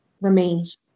remains